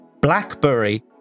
BlackBerry